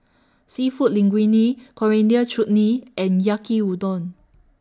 Seafood Linguine Coriander Chutney and Yaki Udon